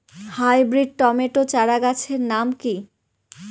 Hybrid tomato চারাগাছের নাম কি?